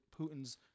putin's